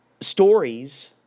stories